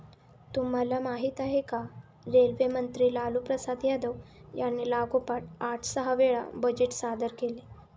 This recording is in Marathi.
तुम्हाला माहिती आहे का? रेल्वे मंत्री लालूप्रसाद यादव यांनी लागोपाठ आठ सहा वेळा बजेट सादर केले